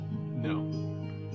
no